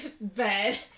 bed